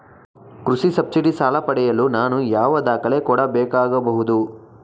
ಕೃಷಿ ಸಬ್ಸಿಡಿ ಸಾಲ ಪಡೆಯಲು ನಾನು ಯಾವ ದಾಖಲೆ ಕೊಡಬೇಕಾಗಬಹುದು?